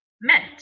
meant